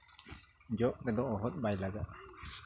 ᱡᱚᱜ ᱨᱮᱫᱚ ᱚᱦᱚᱫ ᱵᱟᱭ ᱞᱟᱜᱟᱜᱼᱟ